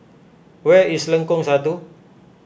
where is Lengkong Satu